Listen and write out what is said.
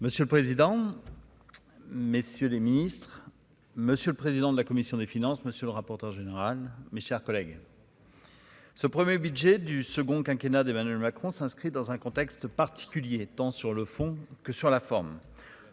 Monsieur le président, messieurs les Ministres, Monsieur le président de la commission des finances, monsieur le rapporteur général, mes chers collègues. Mon pronostic. Ce 1er budget du second quinquennat d'Emmanuel Macron s'inscrit dans un contexte particulier, tant sur le fond que sur la forme,